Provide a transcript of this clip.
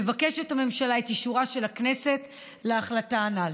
מבקשת הממשלה את אישורה של הכנסת להחלטה הנ"ל.